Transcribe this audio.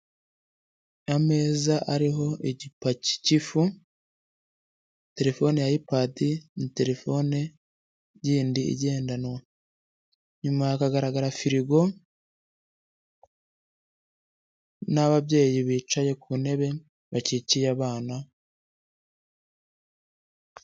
Ameza ariho igipaki k'ifu, terefoni ya ayipadi na terefone yindi igendanwa, inyuma hakagaragara firigo, n'ababyeyi bicaye ku ntebe bakikiye abana.